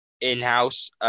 in-house